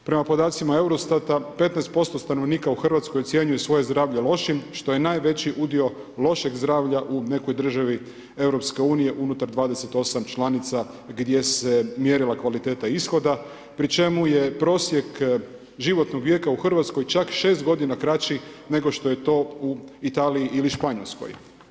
Prema podacima EUROSTAT-a, 15% stanovnika u Hrvatskoj ocjenjuju svoje zdravlje lošim što je najveći udio lošeg zdravlja u nekoj državi EU-a unutar 25 članica gdje se mjerila kvaliteta ishoda pri čemu je prosjek životnog vijeka čak 6 godina kraći nego što je to u Italiji ili Španjolskoj.